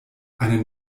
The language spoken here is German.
eine